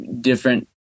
different